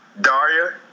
Daria